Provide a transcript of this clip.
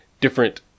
different